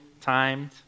timed